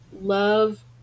love